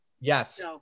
Yes